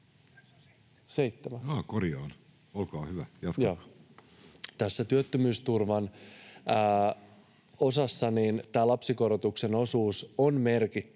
Tässä työttömyysturvan osassa tämä lapsikorotuksen osuus on merkittävä,